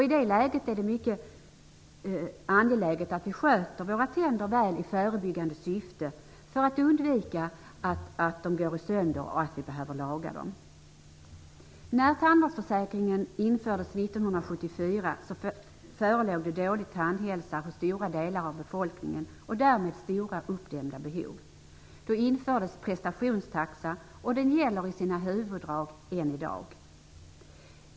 I det läget är det mycket angeläget att vi sköter våra tänder väl i förebyggande syfte för att undvika att de går sönder och att vi behöver laga dem. När tandvårdsförsäkringen infördes år 1974 förelåg en dålig tandhälsa hos stora delar av befolkningen och därmed stora uppdämda behov. Då infördes prestationstaxa, och den gäller i sina huvuddrag än i dag.